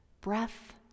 Breath